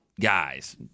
guys